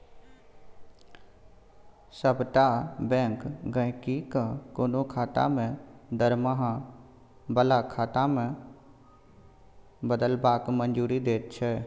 सभटा बैंक गहिंकी केँ कोनो खाता केँ दरमाहा बला खाता मे बदलबाक मंजूरी दैत छै